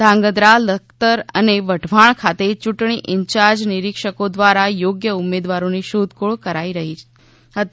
ધ્રાંગધા લખતર અને વઢવાણ ખાતે ચૂંટણી ઇન્ચાર્જ નિરીક્ષકો દ્વારા યોગ્ય ઉમેદવારોની શોધખોળ કરાઇ હતી